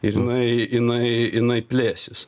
ir jinai jinai jinai plėsis